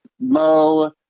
Mo